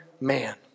man